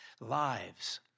lives